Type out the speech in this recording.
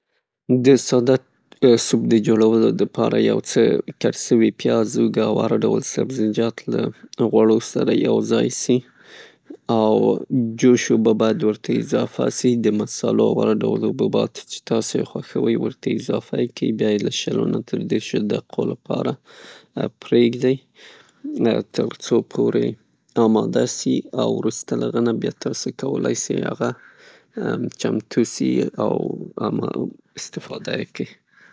د ساده سوپ د جوړولو د پاره یو څه کټ سوي پیاز، اوږه او هر ډول سبزیجات له غوړو سره یوځای سي او جوش اوبه باید ورته اضافه سي، د مسالو او هر ډول حبوباتو سره څه تاسې یې خوښوئ ورته اضافه یې کئ بیا یې له شلو نه تر دیرشو دقیقو لپاره پرېږدئ؛ ترڅو پورې اماده سي او وروسته د هغه نه بیا تاسې کولای سئ هغه چمتو سي او استفاده یې کئ.